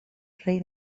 rey